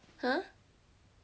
!huh!